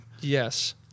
Yes